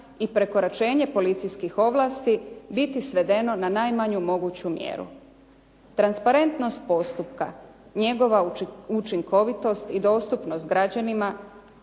i prekoračenje policijskih ovlasti biti svedeno na najmanju moguću mjeru. Transparentnost postupka, njegova učinkovitost i dostupnost građanima